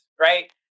right